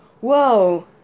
Whoa